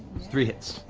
three hits.